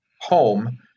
home